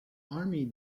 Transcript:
army